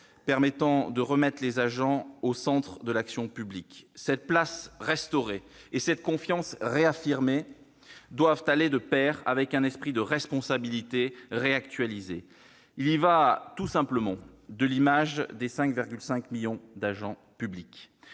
permettent de remettre les agents au centre de l'action publique. Cette place restaurée et cette confiance réaffirmée doivent aller de pair avec un esprit de responsabilité réactualisé. Il y va tout simplement de l'image des 5,5 millions d'agents publics.